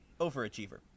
overachiever